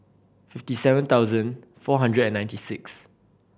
fifty seven thousand four hundred and ninety six